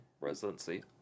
residency